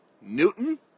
Newton